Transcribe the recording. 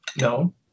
No